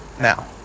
now